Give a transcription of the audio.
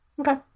Okay